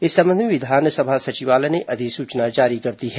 इस संबंध में विधानसभा सचिवालय ने अधिसूचना जारी कर दी है